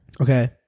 Okay